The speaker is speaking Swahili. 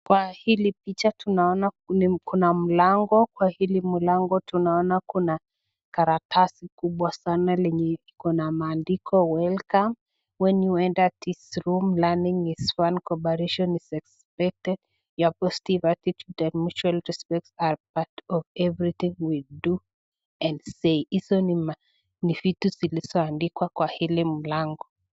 Kwa hili picha tunaona vile kuma mlango, kwa hili mlango tunaona kuna karatasi kubwa sana lenye iko na maandiko welcome when you enter this room learning on cooperation is expected. Your positive attitude and mutual respect are part of everything we doa hizo ni vitu zilizoandikwa kwa hii mlango.